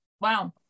Wow